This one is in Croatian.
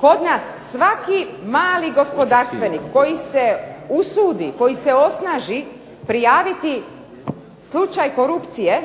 Kod nas svaki mali gospodarstvenik koji se usudi, koji se osnaži prijaviti slučaj korupcije